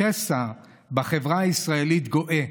השסע בחברה הישראלית גואה,